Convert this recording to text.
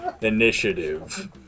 Initiative